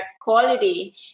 quality